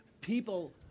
people